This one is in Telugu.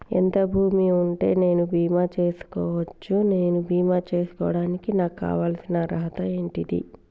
ఎంత భూమి ఉంటే నేను బీమా చేసుకోవచ్చు? నేను బీమా చేసుకోవడానికి నాకు కావాల్సిన అర్హత ఏంటిది?